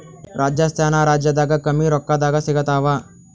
ರಾಜಸ್ಥಾನ ರಾಜ್ಯದಾಗ ಕಮ್ಮಿ ರೊಕ್ಕದಾಗ ಸಿಗತ್ತಾವಾ?